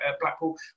Blackpool